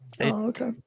Okay